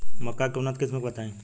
मक्का के उन्नत किस्म बताई?